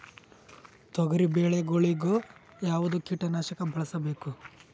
ತೊಗರಿಬೇಳೆ ಗೊಳಿಗ ಯಾವದ ಕೀಟನಾಶಕ ಬಳಸಬೇಕು?